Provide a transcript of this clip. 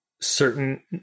certain